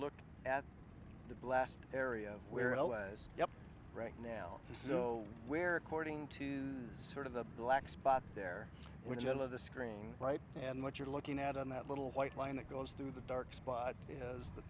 look at the blast area where l a is right now so where according to sort of the black spot there were ten of the screen right and what you're looking at on that little white line that goes through the dark spot is the